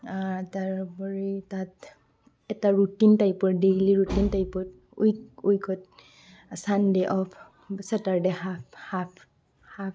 তাৰোপৰি তাত এটা ৰুটিন টাইপৰ ডেইলি ৰুটিন টাইপত ওৱিক ওৱিকত Sunday off Saturday half half half